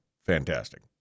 Fantastic